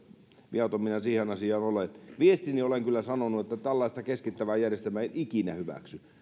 viaton minä siihen asiaan olen viestini olen kyllä sanonut että tällaista keskittävää järjestelmää en ikinä hyväksy